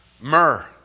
Myrrh